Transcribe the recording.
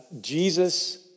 Jesus